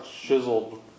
chiseled